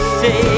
say